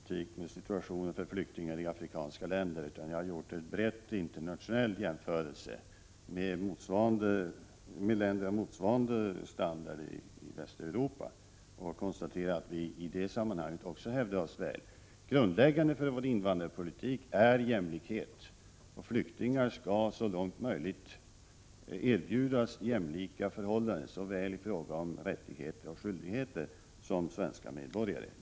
Herr talman! Jag har inte heller jämfört svensk flyktingpolitik med situationen för flyktingar i afrikanska länder, utan jag har gjort en bred internationell jämförelse med länder av motsvarande standard i Västeuropa och då konstaterat att vi också i detta sammanhang hävdar oss väl. Grundläggande för vår invandrarpolitik är jämlikhet. Flyktingar skall så långt möjligt erbjudas jämlika förhållanden, i fråga om såväl rättigheter som skyldigheter, med svenska medborgare.